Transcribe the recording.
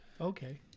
Okay